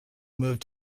moved